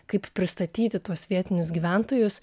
kaip pristatyti tuos vietinius gyventojus